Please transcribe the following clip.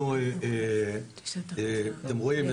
אתם רואים,